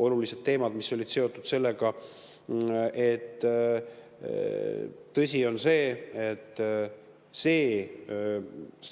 Olulised teemad olid seotud sellega. Tõsi on see, et see strateegiline